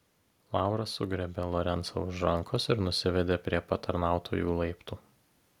laura sugriebė lorencą už rankos ir nusivedė prie patarnautojų laiptų